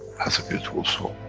has a beautiful soul,